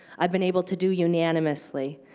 i've been able to do unanimously.